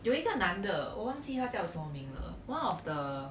有一个男的我忘记他叫什么名了 one of the